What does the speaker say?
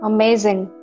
Amazing